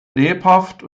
lebhaft